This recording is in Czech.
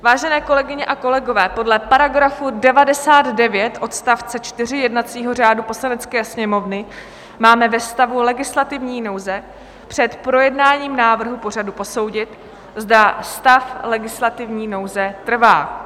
Vážené kolegyně a kolegové, podle § 99 odst. 4 jednacího řádu Poslanecké sněmovny máme ve stavu legislativní nouze před projednáním návrhu pořadu posoudit, zda stav legislativní nouze trvá.